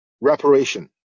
reparation